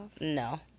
No